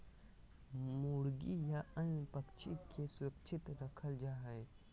मुर्गी या अन्य पक्षि के सुरक्षित रखल जा हइ